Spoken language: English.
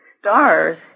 Stars